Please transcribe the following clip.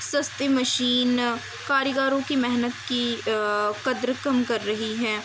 سستے مشین کاریگاروں کی محنت کی قدر کم کر رہی ہے